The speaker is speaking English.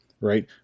right